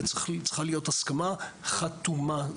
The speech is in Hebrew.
וצריכה להיות הסכמה חתומה.